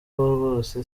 rwose